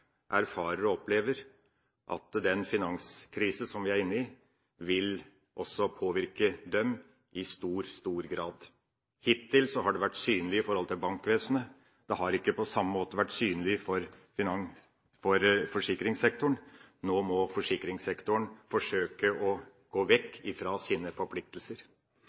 erfarer og opplever at den finanskrisen vi er inne i, også vil påvirke dem i stor, stor grad. Hittil har det vært synlig for bankvesenet, men det har ikke på samme måte vært synlig for forsikringssektoren. Nå må forsikringssektoren forsøke å gå vekk fra sine forpliktelser.